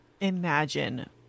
Imagine